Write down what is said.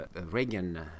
Reagan